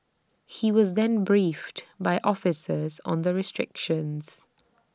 he was then briefed by officers on the restrictions